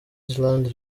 island